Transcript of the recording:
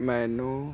ਮੈਨੂੰ